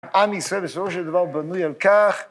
עם ישראל בסופו של דבר בנוי על כך